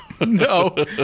No